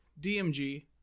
DMG